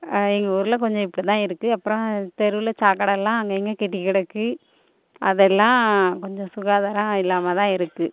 எங்கள் ஊரில் கொஞ்சம் இப்படி தான் இருக்குது அப்புறம் தெருவில் சாக்கடைலாம் அங்கே இங்கேயும் கெட்டி கிடக்கு அதெல்லாம் கொஞ்சம் சுகாதாரம் இல்லாமல் தான் இருக்குது